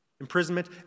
imprisonment